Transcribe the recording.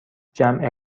جمع